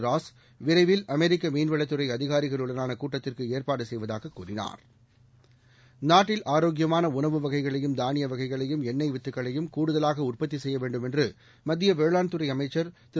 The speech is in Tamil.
ராஸ் விரைவில் அமெரிக்கமீன் வளத்துறைஅதிகாரிகளுடனானகூட்டத்திற்குஏற்பாடுசெய்வதாககூறினார் நாட்டில் ஆரோக்கியமானஉணவு வகைகளையும் தானியவகைகளையும் எண்ணெய் வித்துக்களையும் கூடுதலாகஉற்பத்திசெய்யவேண்டும் என்றுமத்தியவேளாண் துறைஅமைச்சர் திரு